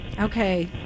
Okay